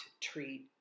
treat